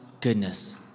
goodness